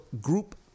group